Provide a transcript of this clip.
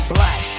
Black